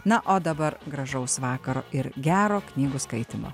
na o dabar gražaus vakaro ir gero knygų skaitymo